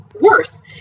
worse